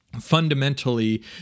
Fundamentally